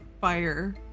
fire